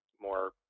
more